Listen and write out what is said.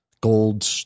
gold